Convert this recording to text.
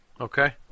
okay